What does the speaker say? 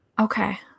Okay